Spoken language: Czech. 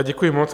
Děkuji moc.